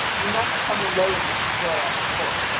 you must come alone to enjoy our sport,